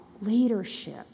leadership